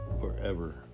forever